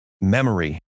memory